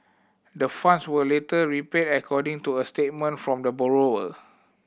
the funds were later repaid according to a statement from the borrower